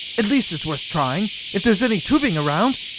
at least it's worth trying. if there is any tubing around.